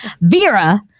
Vera